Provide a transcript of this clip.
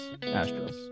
Astros